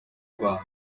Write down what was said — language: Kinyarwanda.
rwanda